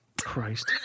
Christ